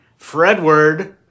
Fredward